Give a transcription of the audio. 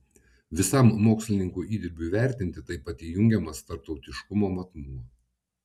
visam mokslininkų įdirbiui vertinti taip pat įjungiamas tarptautiškumo matmuo